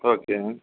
okay